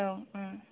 औ